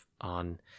on